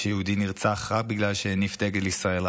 שיהודי נרצח רק בגלל שהניף דגל ישראל,